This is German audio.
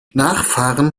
nachfahren